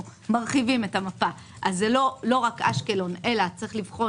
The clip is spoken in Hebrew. מרחיבים את המפה אז זה לא רק אשקלון אלא צריך לבחון